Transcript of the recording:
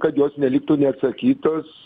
kad jos neliktų neatsakytos